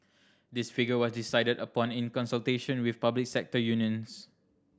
this figure was decided upon in consultation with public sector unions